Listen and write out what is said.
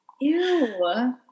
Ew